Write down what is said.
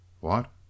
What